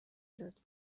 داد